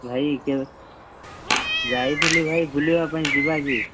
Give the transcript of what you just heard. ଭାଇ କେବେ ଯାଇଥିଲି ଭାଇ ବୁଲିବାପାଇଁ ଯିବା କି